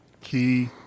key